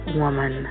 woman